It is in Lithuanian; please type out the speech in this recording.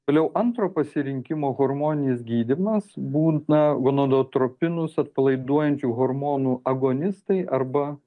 toliau antro pasirinkimo hormoninis gydymas būna gonadotropinus atpalaiduojančių hormonų agonistai arba